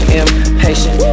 impatient